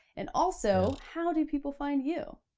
and also, how do people find you?